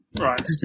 Right